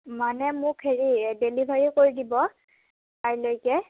মানে মোক হেৰি ডেলিভেৰী কৰি দিব কাইলৈকে